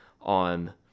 on